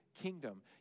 kingdom